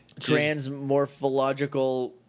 Transmorphological